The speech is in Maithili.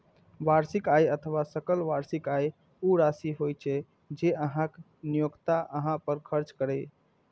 वार्षिक आय अथवा सकल वार्षिक आय ऊ राशि होइ छै, जे अहांक नियोक्ता अहां पर खर्च करैए